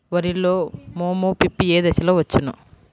వరిలో మోము పిప్పి ఏ దశలో వచ్చును?